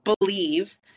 believe